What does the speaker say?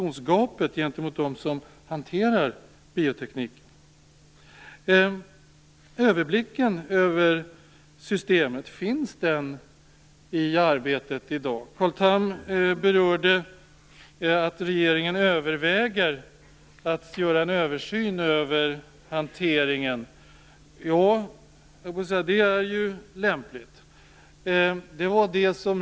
Finns det en sådan överblick i arbetet i dag? Carl Tham berörde att regeringen överväger att göra en översyn av hanteringen. Ja, det är lämpligt.